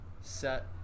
set